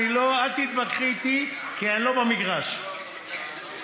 אני לא, אל תתווכחי איתי, כי אני לא במגרש, בסדר?